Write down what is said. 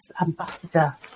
ambassador